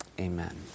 Amen